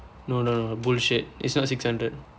no no bullshit it's not six hundred